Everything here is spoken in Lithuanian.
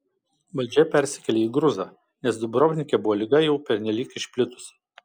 valdžia persikėlė į gruzą nes dubrovnike buvo liga jau pernelyg išplitusi